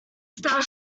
star